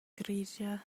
grilla